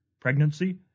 pregnancy